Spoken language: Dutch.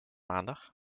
maandag